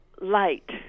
light